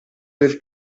del